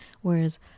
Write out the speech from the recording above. Whereas